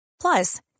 Plus